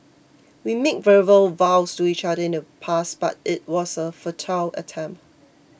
we made verbal vows to each other in the past but it was a futile attempt